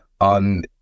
on